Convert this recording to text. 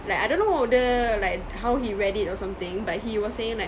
like I don't know whether like how he read it or something but he was saying like